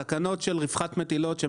בתקנות של רווחת המטילות יש